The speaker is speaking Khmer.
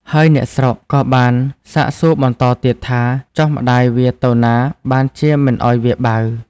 ហើយអ្នកស្រុកក៏បានសាកសួរបន្តទៀតថា ចុះម្ដាយវាទៅណាបានជាមិនឲ្យវាបៅ?